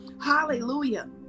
Hallelujah